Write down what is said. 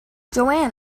joanne